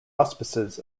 auspices